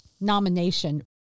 nomination